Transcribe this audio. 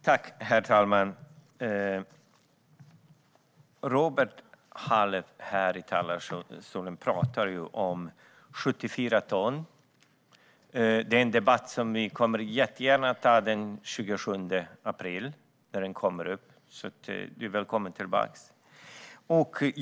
Herr ålderspresident! Robert Halef talar här i talarstolen om 74 ton. Det är en debatt som vi kommer att ha den 27 april, så du är välkommen tillbaka då, Robert Halef.